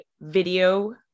video